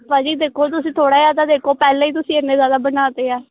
ਭਾਜੀ ਦੇਖੋ ਤੁਸੀਂ ਥੋੜ੍ਹਾ ਜਿਹਾ ਤਾਂ ਦੇਖੋ ਪਹਿਲਾਂ ਹੀ ਤੁਸੀਂ ਇੰਨੇ ਜ਼ਿਆਦਾ ਬਣਾ ਦਿੱਤੇ ਆ